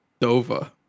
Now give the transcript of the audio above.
Dova